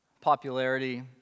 popularity